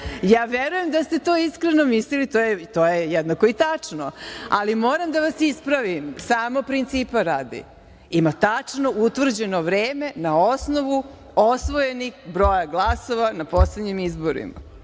Ja verujem da ste to iskreno mislili. To je jednako i tačno. Ali moram da vas ispravim, samo principa radi, ima tačno utvrđeno vreme na osnovu osvojenog broja glasova na poslednjim izborima.